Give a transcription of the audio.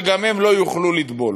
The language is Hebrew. שגם הם לא יוכלו לטבול.